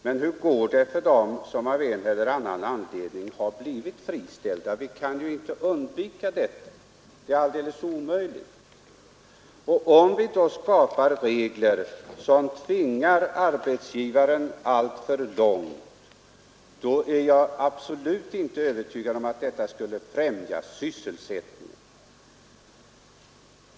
Men hur går det för dem som av en eller annan anledning har blivit friställda — det är ju alldeles omöjligt att undvika sådant. Om vi då skapar regler som pressar arbetsgivaren alltför långt är jag inte övertygad om att det kommer att främja sysselsättningen.